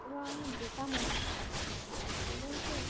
এবং আমি যেতামও না আর এমনকি